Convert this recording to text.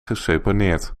geseponeerd